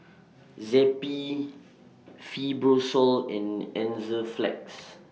Zappy Fibrosol and Enzyplex